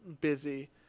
busy